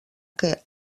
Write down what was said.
que